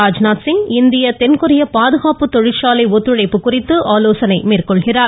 ராஜ்நாத்சிங் இந்திய தென்கொரிய பாதுகாப்பு தொழிற்சாலை ஒத்துழைப்பு குறித்து ஆலோசனை மேற்கொள்கிறார்